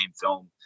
film